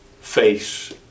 face